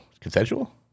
consensual